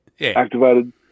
activated